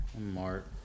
Mart